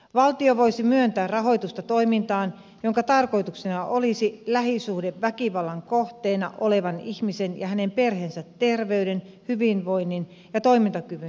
valtio voisi myöntää rahoitusta toimintaan jonka tarkoituksena olisi lähisuhdeväkivallan kohteena olevan ihmisen ja hänen perheensä terveyden hyvinvoinnin ja toimintakyvyn ylläpitäminen